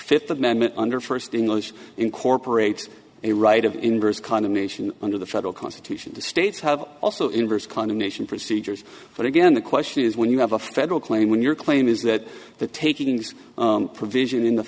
fifth amendment under first english incorporates a right of inverse condemnation under the federal constitution the states have also inversed condemnation procedures but again the question is when you have a federal claim when your claim is that the takings provision in the